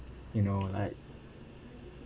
you know like